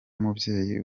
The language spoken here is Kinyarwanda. mubyeyi